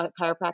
chiropractor